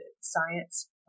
science